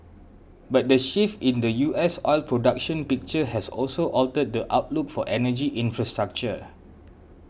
but the shift in the U S oil production picture has also altered the outlook for energy infrastructure